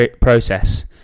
process